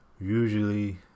usually